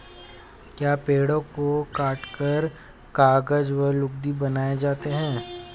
क्या पेड़ों को काटकर कागज व लुगदी बनाए जाते हैं?